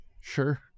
Sure